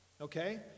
okay